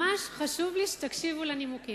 ממש חשוב לי שתקשיבו לנימוקים.